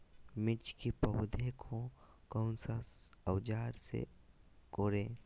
मिर्च की पौधे को कौन सा औजार से कोरे?